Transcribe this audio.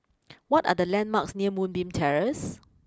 what are the landmarks near Moonbeam Terrace